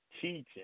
teaching